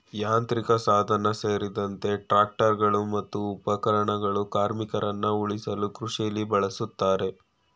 ಯಾಂತ್ರಿಕಸಾಧನ ಸೇರ್ದಂತೆ ಟ್ರಾಕ್ಟರ್ಗಳು ಮತ್ತು ಉಪಕರಣಗಳು ಕಾರ್ಮಿಕರನ್ನ ಉಳಿಸಲು ಕೃಷಿಲಿ ಬಳುಸ್ತಾರೆ